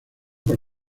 con